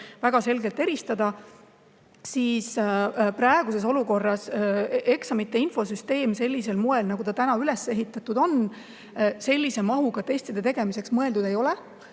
väga selgelt eristada, siis praeguses olukorras eksamite infosüsteem sellisel moel, nagu ta täna üles ehitatud on, sellise mahuga testide tegemiseks mõeldud ei ole.